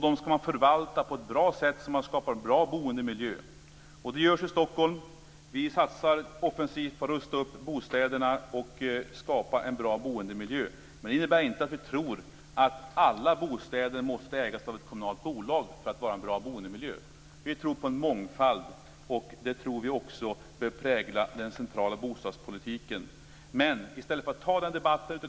Dem skall man förvalta på ett bra sätt så att man skapar bra boendemiljöer. Det görs i Stockholm. Vi satsar offensivt på att rusta upp bostäderna och skapa en bra boendemiljö. Men det innebär inte att vi tror att alla bostäder måste ägas av ett kommunalt bolag för att vara bra boendemiljöer. Vi tror på en mångfald, och det tror vi också bör prägla den centrala bostadspolitiken.